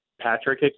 Patrick